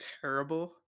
terrible